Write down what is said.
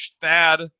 Thad